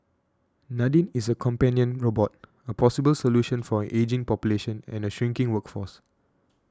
Nadine is a companion robot a possible solution for an ageing population and shrinking workforce